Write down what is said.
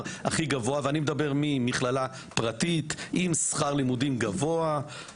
הכי גבוה ואני מדבר ממכללה פרטית עם שכר לימודים גבוהה,